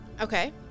Okay